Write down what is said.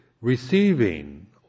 receiving